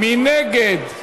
מי נגד?